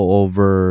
over